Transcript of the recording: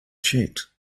checked